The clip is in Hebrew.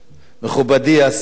מכובדי השר,